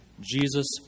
Jesus